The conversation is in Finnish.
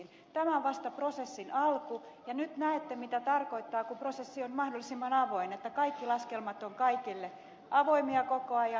tämä on vasta prosessin alku ja nyt näette mitä tarkoittaa kun prosessi on mahdollisimman avoin että kaikki laskelmat ovat kaikille avoimia koko ajan